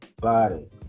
body